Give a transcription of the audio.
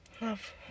love